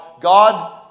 God